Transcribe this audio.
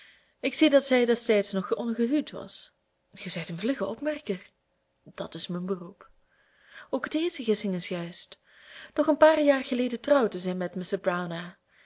ik zie dat zij destijds nog ongehuwd was gij zijt een vlugge opmerker dat is mijn beroep ook deze gissing is juist doch een paar jaren geleden trouwde zij met mr